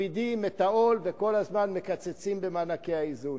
מכבידים את העול וכל הזמן מקצצים במענקי האיזון.